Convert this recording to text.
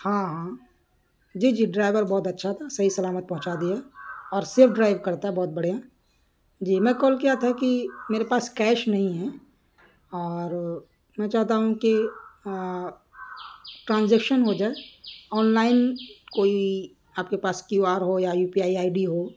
ہاں ہاں جی جی ڈرائیور بہت اچھا تھا صحیح سلامت پہنچا دیا اور سیو ڈرائیو کرتا ہے بہت بڑھیا جی میں کال کیا تھا کہ میرے پاس کیش نہیں ہیں اور میں چاہتا ہوں کہ ٹرانزیکشن ہو جائے آن لائن کوئی آپ کے پاس کیو آر ہو یا U P I I D who